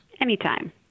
Anytime